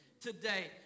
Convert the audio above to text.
today